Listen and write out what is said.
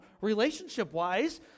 relationship-wise